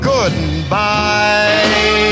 Goodbye